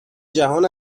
جهان